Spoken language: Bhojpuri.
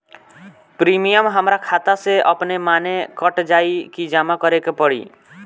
प्रीमियम हमरा खाता से अपने माने कट जाई की जमा करे के पड़ी?